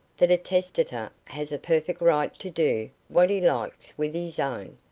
that a testator has a perfect right to do what he likes with his own.